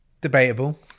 Debatable